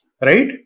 right